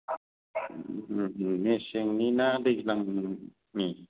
मेसेंनि ना दैज्लांनि